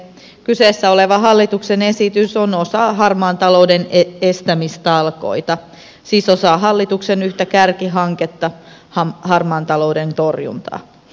kyseessä oleva hallituksen esitys on osa harmaan talouden estämistalkoita siis osa hallituksen yhtä kärkihanketta harmaan talouden torjuntaa